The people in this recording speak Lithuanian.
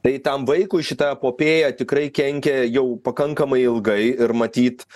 tai tam vaikui šita epopėja tikrai kenkia jau pakankamai ilgai ir matyt